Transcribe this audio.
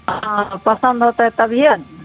हँ पसन्द होयतैक तभिए ने